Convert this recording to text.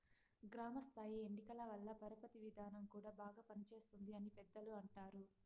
గ్రామ స్థాయి ఎన్నికల వల్ల పరపతి విధానం కూడా బాగా పనిచేస్తుంది అని పెద్దలు అంటారు